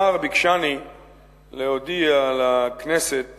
השר ביקשני להודיע לכנסת